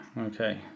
Okay